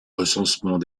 recensement